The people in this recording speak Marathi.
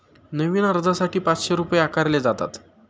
नवीन अर्जासाठी पाचशे रुपये आकारले जातात